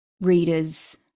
readers